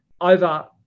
over